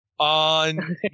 on